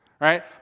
right